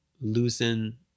loosen